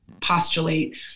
postulate